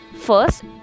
first